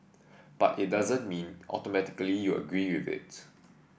but it doesn't mean automatically you agree with it